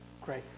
Great